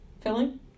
Filling